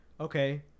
okay